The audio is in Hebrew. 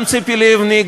גם ציפי לבני,